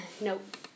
Nope